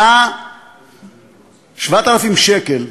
7,000 שקל.